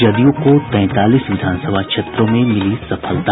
जदयू को तैंतालीस विधानसभा क्षेत्रों में मिली सफलता